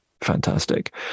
fantastic